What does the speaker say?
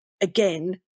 again